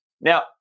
Now